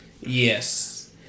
Yes